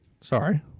Sorry